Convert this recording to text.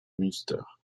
münster